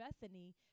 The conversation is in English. Bethany